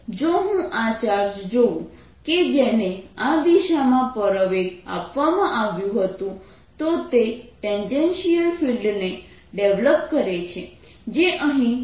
જો હું આ ચાર્જ જોઉં કે જેને આ દિશામાં પ્રવેગ આપવામાં આવ્યું હતું તો તે ટેન્જેન્શિયલ ફિલ્ડને ડેવલોપ કરે છે જે અહીં શૂન્ય છે